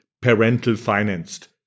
parental-financed